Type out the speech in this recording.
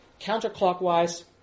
Counterclockwise